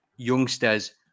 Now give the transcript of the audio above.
youngsters